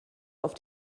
auf